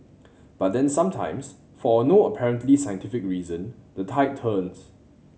but then sometimes for no apparently scientific reason the tide turns